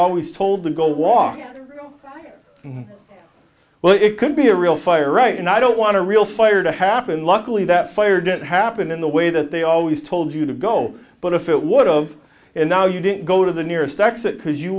always told to go walk oh well it could be a real fire right and i don't want to real fire to happen luckily that fire didn't happen in the way that they always told you to go but if it would of and no you didn't go to the nearest exit because you